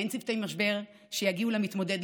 אין צוותי משבר שיגיעו למתמודד,